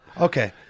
Okay